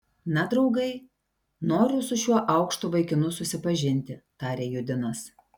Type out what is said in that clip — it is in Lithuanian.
na draugai noriu su šiuo aukštu vaikinu susipažinti tarė judinas